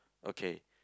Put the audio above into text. okay